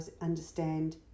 understand